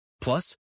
Plus